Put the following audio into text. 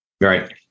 Right